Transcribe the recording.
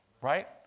Right